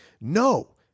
no